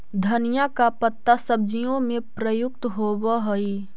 धनिया का पत्ता सब्जियों में प्रयुक्त होवअ हई